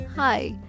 Hi